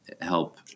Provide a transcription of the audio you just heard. help